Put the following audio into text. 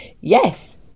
yes